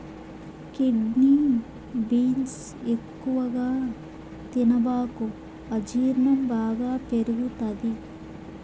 kidney beans ఎక్కువగా తినబాకు అజీర్ణం బాగా పెరుగుతది